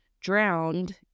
drowned